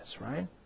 right